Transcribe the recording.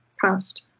past